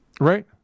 Right